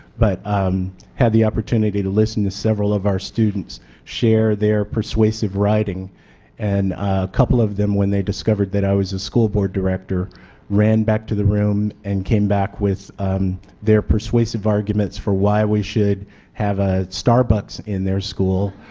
but i um had the opportunity to listen to several of our students share their persuasive writing and a couple of them when they discovered that i was a school board director ran back to the room and came back with their persuasive arguments for why we should have a starbucks in their school,